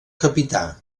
capità